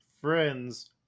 friends